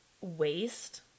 waste